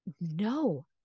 No